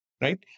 right